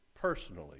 personally